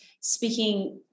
speaking